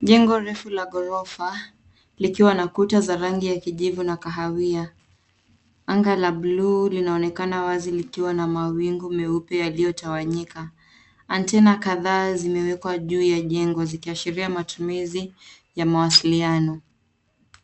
Jengo refu la ghorofa likiwa na kuta za rangi ya kijivu na kahawia. Anga la bluu linaonekana wazi likiwa na mawingu meupe yaliyotawanyika. Antena kadhaa zimewekwa juu ya jengo zikiashiria matumizi ya mawasiliano.